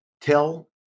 tell